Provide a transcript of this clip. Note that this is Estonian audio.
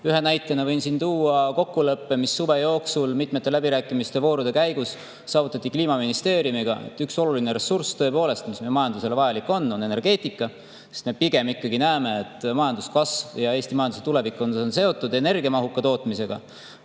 Ühe näitena võin siin tuua kokkuleppe, mis suve jooksul mitme läbirääkimiste vooru käigus saavutati Kliimaministeeriumiga. Üks oluline ressurss tõepoolest, mis meie majandusele vajalik on, on energeetika. Me pigem ikkagi näeme, et majanduskasv ja Eesti majanduse tulevik on seotud energiamahuka tootmisega.